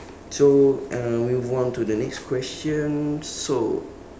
so uh we move on to the next question so